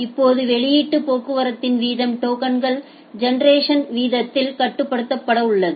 இப்போது வெளியீட்டு போக்குவரத்தின் வீதம் டோக்கன் ஜெனெரேஷன் வீதத்தால் கட்டுப்படுத்தப்பட்டுள்ளது